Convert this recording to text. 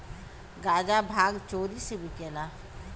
गांजा भांग चोरी से बिकेला